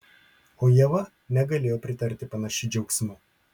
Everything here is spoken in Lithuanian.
o ieva negalėjo pritarti panašiu džiaugsmu